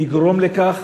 נגרום לכך